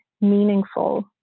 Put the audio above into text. meaningful